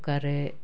ᱚᱠᱟᱨᱮ